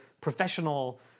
professional